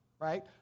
right